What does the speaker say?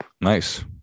Nice